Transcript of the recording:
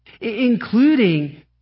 including